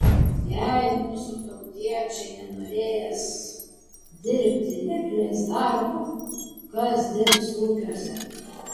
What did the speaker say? jei mūsų tautiečiai nenorės dirbti ir nemylės darbo kas dirbs ūkiuose